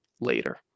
later